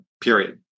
Period